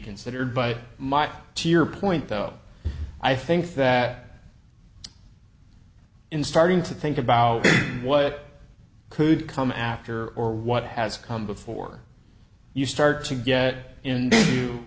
considered by mike to your point though i think that in starting to think about what could come after or what has come before you start to get in